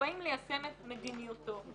כשבאים ליישם את מדיניותו.